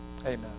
Amen